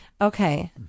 Okay